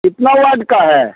कितना वाट का है